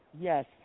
Yes